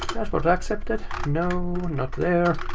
passwordaccepted. no? not there.